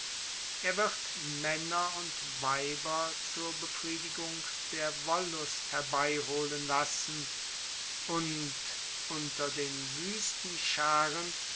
er wird männer und weiber zur wollust herbeiholen lassen und unter den wüsten schaaren